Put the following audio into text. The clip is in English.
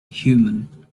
human